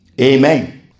Amen